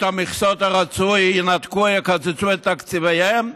המכסות הרצויות ינתקו-יקצצו את תקציביהם?